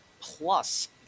plus